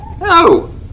No